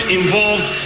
involved